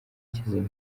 kizima